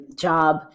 job